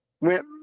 went